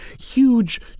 huge